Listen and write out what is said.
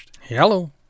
Hello